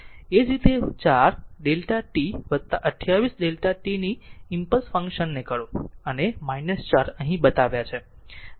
એ જ રીતે 4 Δ t 2 8 Δ t ની ઈમ્પલસ ફંક્શન ને કરો અને 4 અહીં બતાવ્યા છે બરાબર